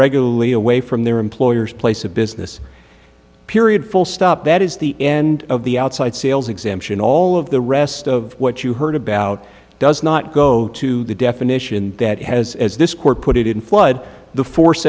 regularly away from their employers place of business period full stop that is the end of the outside sales exemption all of the rest of what you heard about does not go to the definition that has as this court put it in flood the force